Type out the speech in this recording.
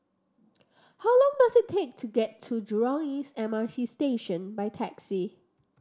how long does it take to get to Jurong East M R T Station by taxi